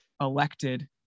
elected